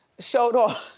showed off